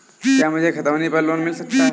क्या मुझे खतौनी पर लोन मिल सकता है?